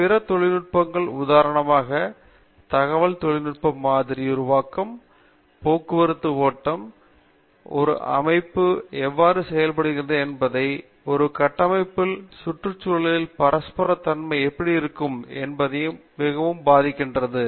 பிற தொழில்நுட்பங்கள் உதாரணமாக தகவல் தொழில்நுட்பம் மாதிரி உருவாக்கம் போக்குவரத்து ஓட்டம் செல்லும் என்பதையும் ஒரு அமைப்பு எவ்வாறு செயல்படுகிறது என்பதையும் ஒரு கட்டமைப்பில் சுற்றுச்சூழலின் பரஸ்பரத் தன்மை எப்படி இருக்கும் என்பதையும் மிகவும் பாதிக்கிறது